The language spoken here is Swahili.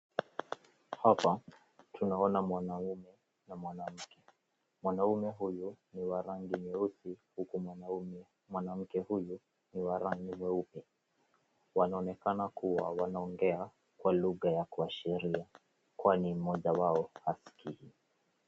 Hapa tunaona mwanaume na mwanamke. Mwanaume huyu ni wa rangi nyeusi huku mwanamke huyu ni wa rangi nyeupe. Wanaonekana kuwa wanaongea kwa lugha ya kuashiria kwani mmoja wao hasikii.